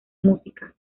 música